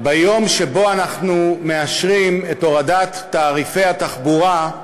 ביום שאנחנו מאשרים את הורדת תעריפי התחבורה,